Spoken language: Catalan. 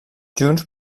junts